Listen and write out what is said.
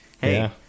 hey